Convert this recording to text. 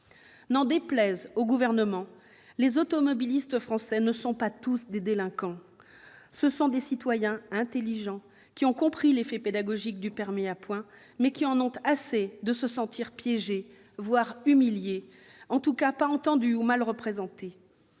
N'en déplaise au Gouvernement, les automobilistes français ne sont pas tous des délinquants, ce sont des citoyens intelligents qui ont compris l'effet pédagogique du permis à points, mais qui en ont assez de se sentir piégés, voire humiliés, et, en tout état de cause, pas entendus ou mal représentés.